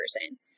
person